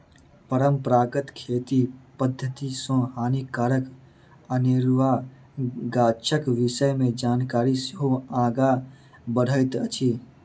परंपरागत खेती पद्धति सॅ हानिकारक अनेरुआ गाछक विषय मे जानकारी सेहो आगाँ बढ़ैत अछि